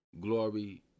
glory